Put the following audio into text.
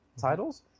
titles